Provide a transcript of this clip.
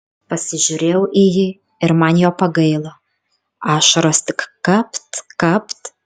pasižiūrėjau į jį ir man jo pagailo ašaros tik kapt kapt